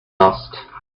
lost